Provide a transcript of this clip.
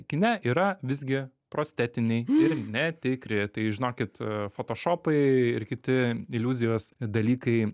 kine yra visgi prostetiniai ir netikri tai žinokit fotošopopai ir kiti iliuzijos dalykai